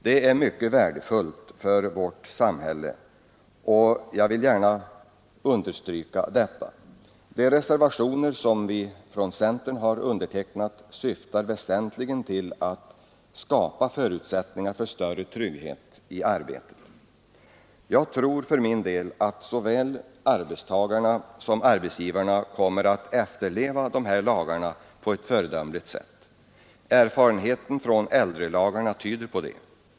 Det är mycket värdefullt för vårt samhälle. Jag vill gärna understryka detta. De reservationer som vi från centern har undertecknat syftar väsentligen till att skapa förutsättningar för större trygghet i arbetet. Jag tror för min del att såväl arbetstagarna som arbetsgivarna kommer att efterleva dessa lagar på ett föredömligt sätt. Erfarenheten från äldrelagarna tyder på det.